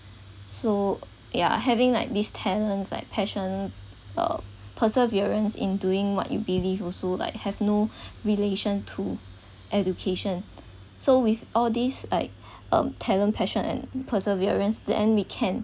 so ya having like these talents like passion uh perseverance in doing what you believe also like have no relation to education so with all these like um talent passion and perseverance then we can